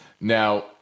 Now